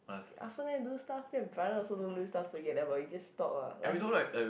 I also never do stuff me and brother also don't do stuff together but we just talk ah like he